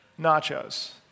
Nachos